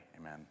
amen